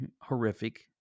horrific